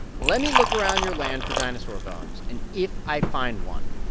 let me look around your land for dinosaur bones. and if i find one,